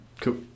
Cool